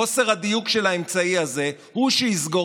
חוסר הדיוק של האמצעי הזה הוא שיסגור